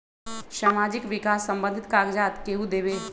समाजीक विकास संबंधित कागज़ात केहु देबे?